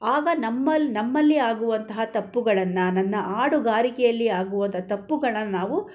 ಆಗ ನಮ್ಮಲ್ಲಿ ನಮ್ಮಲ್ಲಿ ಆಗುವಂತಹ ತಪ್ಪುಗಳನ್ನು ನನ್ನ ಹಾಡುಗಾರಿಕೆಯಲ್ಲಿ ಆಗುವಂಥ ತಪ್ಪುಗಳನ್ನು ನಾವು